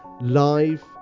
live